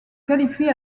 qualifie